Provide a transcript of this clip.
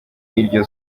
iryo